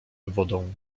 wodą